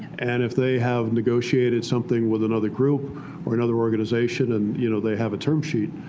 and if they have negotiated something with another group or another organization, and you know they have a term sheet,